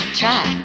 try